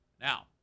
Now